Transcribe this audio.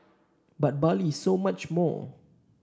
but Bali is so much more